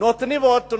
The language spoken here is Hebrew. נותנים ועוד נותנים.